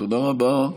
תודה רבה.